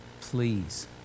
please